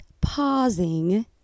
pausing